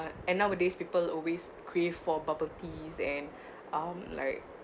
and nowadays people always crave for bubble teas and I'm like